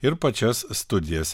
ir pačias studijas